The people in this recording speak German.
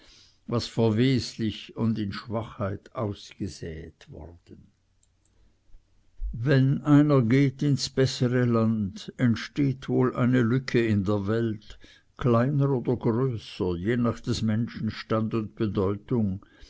was verweslich und in schwachheit ausgesäet worden wenn einer geht ins bessere land entsteht wohl eine lücke in der welt kleiner oder größer je nach des menschen stand und bedeutung